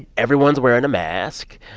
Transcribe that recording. everyone's wearing a mask.